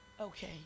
Okay